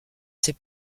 ces